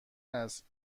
است